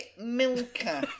Milker